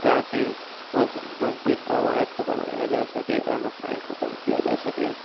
تاکہ مثبت فوائد کو بڑھایا جا سکے اور مسائل کو کم کیا جا سکے